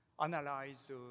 analyze